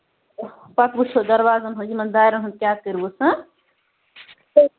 پَتہٕ وُچھودروازَن ہُنٛد یمَن دارٮ۪ن ہُنٛد کیٛاہ کٔرۍہوٗس